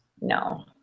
No